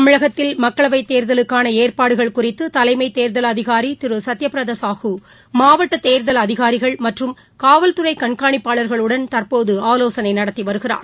தமிழகத்தில் மக்களவைத் தேர்தலுக்கானஏற்பாடுகள் குறித்துதலைமைதேர்தல் அதிகாரிதிருசத்யபிரதாசாஹூ மாவட்டதேர்தல் அதிகாரிகள் மற்றும் காவல்துறைகண்காணிப்பாளர்களுடன் தற்போதுஆலோசனைநடத்திவருகிறார்